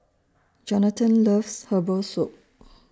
Johathan loves Herbal Soup